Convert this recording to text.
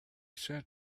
sat